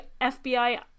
FBI